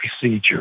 procedure